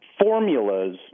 formulas